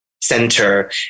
center